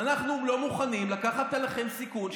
ואנחנו לא מוכנים לקחת עליכם סיכון,